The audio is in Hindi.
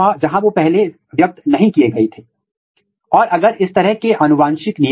यहां हम प्रमोटर को ट्रैप करने की कोशिश कर रहे हैं